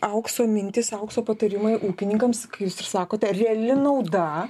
aukso mintis aukso patarimai ūkininkams jūs ir sakote reali nauda